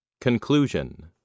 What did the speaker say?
Conclusion